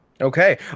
Okay